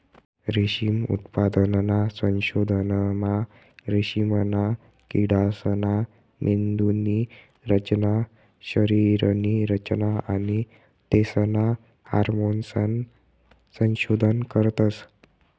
रेशीम उत्पादनना संशोधनमा रेशीमना किडासना मेंदुनी रचना, शरीरनी रचना आणि तेसना हार्मोन्सनं संशोधन करतस